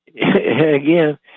again